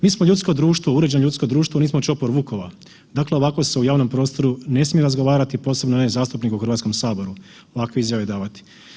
Mi smo uređeno ljudsko društvo, nismo čopor vukova, dakle ovako se u javnom prostoru ne smije razgovarati, posebno ne zastupnik u Hrvatskom saboru ovakve izjave davati.